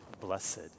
blessed